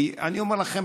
כי אני אומר לכם,